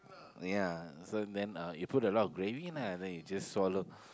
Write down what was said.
ya so then uh you put a lot of gravy lah then you just swallow